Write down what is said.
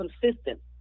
consistent